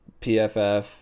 PFF